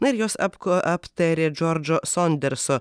na ir jos apko aptarė džordžo sonderso